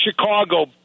Chicago